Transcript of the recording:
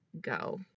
go